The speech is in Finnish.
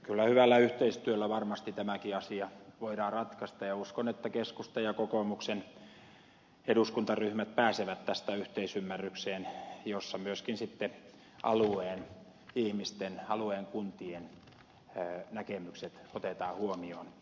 kyllä hyvällä yhteistyöllä varmasti tämäkin asia voidaan ratkaista ja uskon että keskustan ja kokoomuksen eduskuntaryhmät pääsevät tästä yhteisymmärrykseen jossa myöskin sitten alueen ihmisten alueen kuntien näkemykset otetaan huomioon